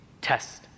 test